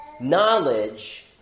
Knowledge